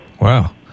Wow